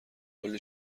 کلی